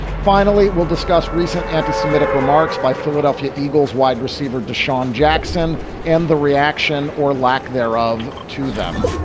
finally, we'll discuss recent anti-semitic remarks by philadelphia eagles wide receiver deshawn jackson and the reaction or lack thereof to them.